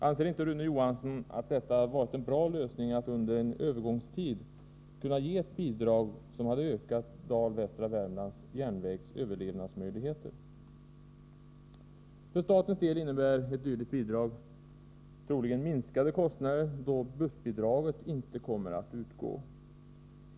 Anser inte Rune Johansson att detta hade varit en bra lösning — att under en övergångstid kunna ge ett bidrag som hade ökat Dal-Västra Värmlands järnvägs överlevnadsmöjligheter? För statens del innebär ett dylikt bidrag troligen minskade kostnader, då bussbidraget inte kommer att utgå.